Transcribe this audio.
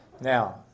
Now